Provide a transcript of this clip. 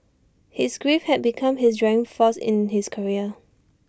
his grief had become his driving force in his career